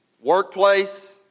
workplace